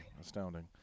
Astounding